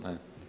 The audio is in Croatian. Ne?